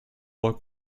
look